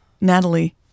Natalie